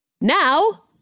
now